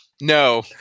No